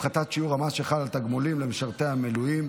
הפחתת שיעור המס שחל על תגמולים למשרתי מילואים),